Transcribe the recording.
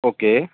okay